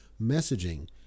messaging